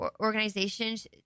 Organization's